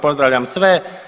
Pozdravljam sve.